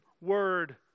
word